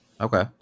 okay